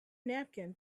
napkin